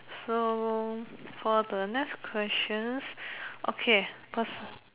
so for the next questions okay perso~